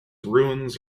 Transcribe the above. ruins